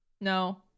No